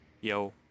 Yo